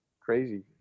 crazy